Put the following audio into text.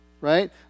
Right